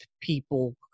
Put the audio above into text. people